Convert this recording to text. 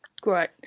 Great